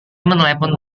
menelepon